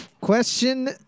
Question